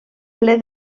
ple